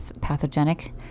pathogenic